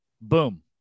boom